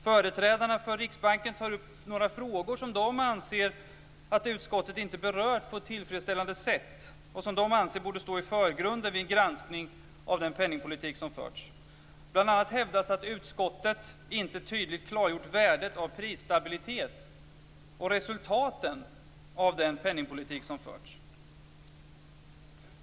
Företrädarna för Riksbanken tar upp några frågor som de anser att utskottet inte berört på ett tillfredsställande sätt och som de anser borde stå i förgrunden vid en granskning av den penningpolitik som förts. Bl.a. hävdas att utskottet inte tydligt klargjort värdet av prisstabilitet och resultaten av den penningpolitik som förts.